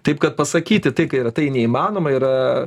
taip kad pasakyti tai ką yra tai neįmanoma yra